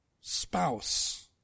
spouse